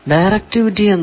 directivity എന്നത് ആണ്